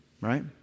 Right